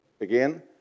again